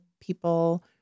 people